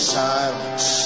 silence